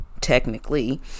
technically